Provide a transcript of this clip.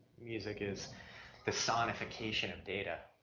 music is the sonification of data,